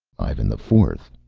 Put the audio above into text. ivan the fourth.